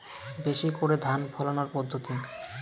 বেশি করে ধান ফলানোর পদ্ধতি?